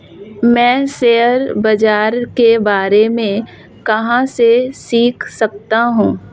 मैं शेयर बाज़ार के बारे में कहाँ से सीख सकता हूँ?